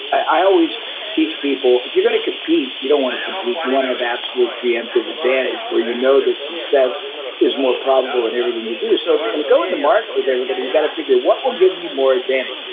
i always teach people, if you're going to compete, you don't want to compete. you want to have absolute preemptive advantage where you know that success is more probable in everything you do. so, if you're going to go into market with everybody, you got to figure, what will give me more advantage?